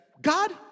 God